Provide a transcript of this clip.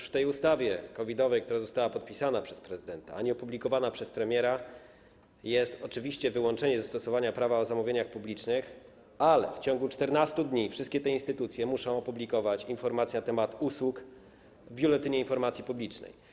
W ustawie COVID-owej, która została podpisana przez prezydenta, a nie została opublikowana przez premiera, jest wyłączenie ze stosowania Prawa zamówień publicznych, ale w ciągu 14 dni wszystkie instytucje muszą opublikować informację na temat usług w Biuletynie Informacji Publicznej.